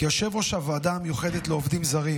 כיושב-ראש הוועדה המיוחדת לעובדים זרים